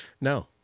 No